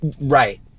Right